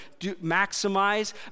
maximize